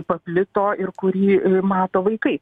paplito ir kurį mato vaikai